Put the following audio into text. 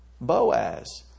Boaz